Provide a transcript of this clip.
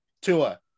Tua